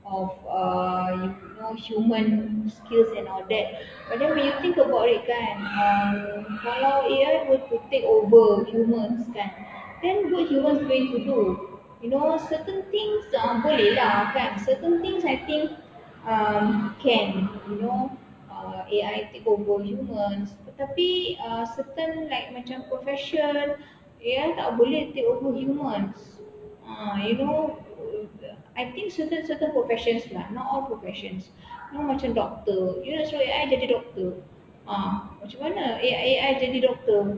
of uh you know human skills and all that but then when you think about it kan kalau A_I were to take over humans kan then what humans going to do you know certain things boleh lah kan certain things I think um can you know A_I take over humans tapi certain like macam profession A_I tak boleh take over humans ah you know I think certain certain professions lah not all professions you know macam doctor you that's why A_I boleh jadi doctor ah macam mana A_I jadi doctor